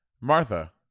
Martha